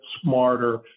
smarter